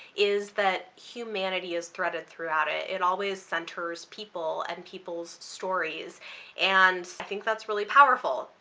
is that humanity is threaded throughout it. it always centers people and people's stories and i think that's really powerful.